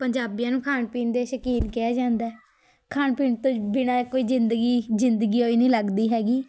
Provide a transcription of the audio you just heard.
ਪੰਜਾਬੀਆਂ ਨੂੰ ਖਾਣ ਪੀਣ ਦੇ ਸ਼ੌਕੀਨ ਕਿਹਾ ਜਾਂਦਾ ਖਾਣ ਪੀਣ ਤੋਂ ਬਿਨਾਂ ਕੋਈ ਜ਼ਿੰਦਗੀ ਜ਼ਿੰਦਗੀ ਓ ਈ ਨਹੀਂ ਲੱਗਦੀ ਹੈਗੀ